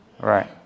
Right